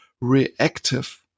reactive